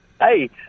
Hey